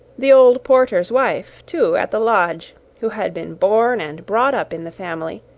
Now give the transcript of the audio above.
the old porter's wife, too, at the lodge, who had been born and brought up in the family,